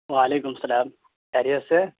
وعلیکم السلام خیریت سے